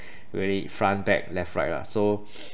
really front back left right lah so